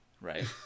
Right